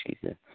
Jesus